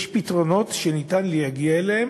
יש פתרונות שאפשר להגיע אליהם,